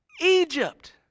Egypt